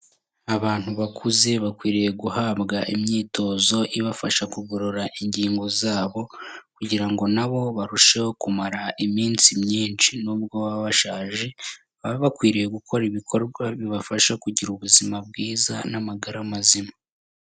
Abantu bakuze bakwiriye guhabwa imyitozo ibafasha kugorora ingingo zabo kugira ngo nabo barusheho kumara iminsi myinshi, nubwo baba bashaje baba bakwiriye gukora ibikorwa bibafasha kugira ubuzima bwiza n'amagara mazima.